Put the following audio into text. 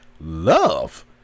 love